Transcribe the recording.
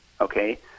okay